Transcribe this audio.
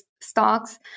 stocks